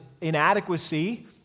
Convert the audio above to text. inadequacy